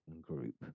group